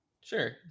Sure